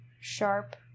sharp